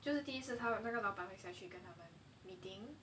就是第一次他那个老板很想去跟他们 meeting